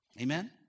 Amen